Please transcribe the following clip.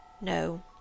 No